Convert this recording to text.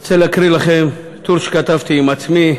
אני רוצה להקריא לכם טור שכתבתי עם עצמי: